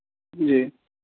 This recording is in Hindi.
जी